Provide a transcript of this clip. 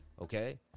Okay